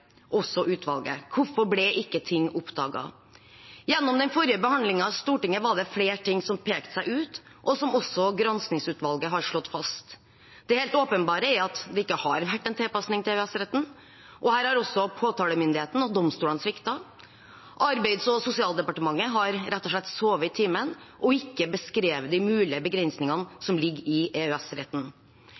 Hvorfor ble ikke ting oppdaget? Gjennom den forrige behandlingen i Stortinget var det flere ting som pekte seg ut, og som også granskingsutvalget har slått fast. Det helt åpenbare er at det ikke har vært en tilpasning til EØS-retten, og her har også påtalemyndigheten og domstolene sviktet. Arbeids- og sosialdepartementet har rett og slett sovet i timen og ikke beskrevet de mulige begrensningene som ligger i